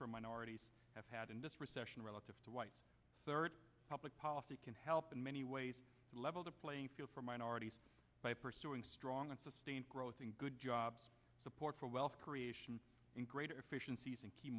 for minorities have had in this recession relative to whites third public policy can help in many ways to level the playing field for minorities by pursuing strong and sustained growth in good jobs support for wealth creation and greater efficienc